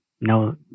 No